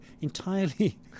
entirely